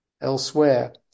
elsewhere